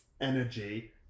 energy